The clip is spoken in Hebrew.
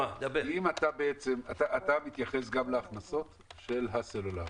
אתה מתייחס גם להכנסות של הסלולר.